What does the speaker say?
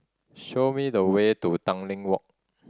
show me the way to Tanglin Walk